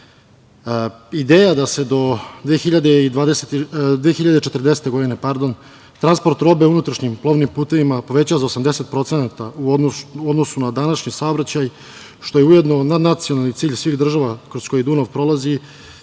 da se do 2040. godine transport robe unutrašnjim plovnim putevima poveća za 80% u odnosu na današnji saobraćaj, što je ujedno nadnacionalni cilj svih država kroz koji Dunav prolazi